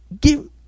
Give